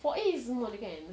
four A is small kan